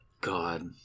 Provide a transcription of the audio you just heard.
God